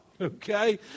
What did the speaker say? okay